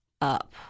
up